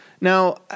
Now